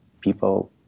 people